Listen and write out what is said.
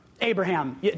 Abraham